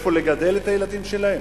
איפה לגדל את הילדים שלהם?